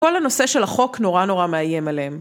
כל הנושא של החוק נורא נורא מאיים עליהם